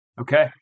Okay